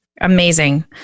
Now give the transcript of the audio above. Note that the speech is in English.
Amazing